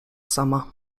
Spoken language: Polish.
sama